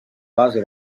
base